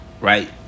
Right